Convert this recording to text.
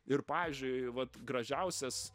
ir pavyzdžiui vat gražiausias